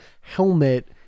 helmet